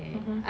mm